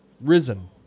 Risen